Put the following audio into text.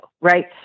right